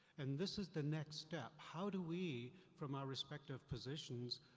and this is the next step, how do we, from our respective positions,